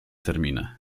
terminy